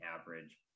average